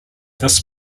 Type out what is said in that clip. this